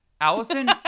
Allison